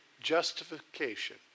justification